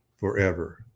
forever